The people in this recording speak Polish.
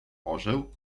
orzeł